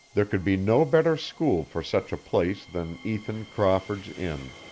there could be no better school for such a place than ethan crawford's inn.